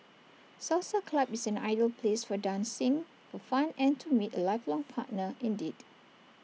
salsa club is an ideal place for dancing for fun and to meet A lifelong partner indeed